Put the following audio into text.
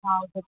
ꯑꯪ